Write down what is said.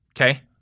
Okay